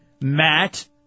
Matt